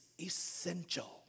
essential